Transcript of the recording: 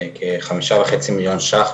כחמישה וחצי מיליון ₪,